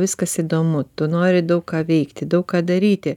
viskas įdomu tu nori daug ką veikti daug ką daryti